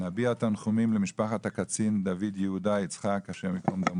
נביע תנחומים למשפחת הקצין דוד יהודה יצחק הי"ד,